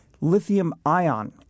Lithium-ion